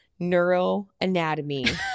Neuroanatomy